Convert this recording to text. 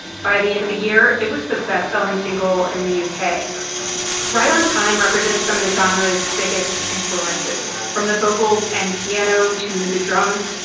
by the end of the year it was the best selling single in the uk. ride on time represents some of the genre's biggest influences. from the vocals and piano, to the drums,